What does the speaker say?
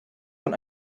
von